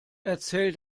erzähl